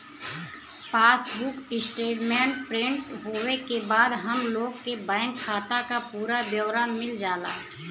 passbook statement print होये के बाद हम लोग के बैंक खाता क पूरा ब्यौरा मिल जाला